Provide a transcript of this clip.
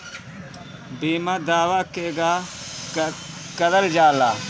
बीमा दावा केगा करल जाला?